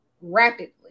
rapidly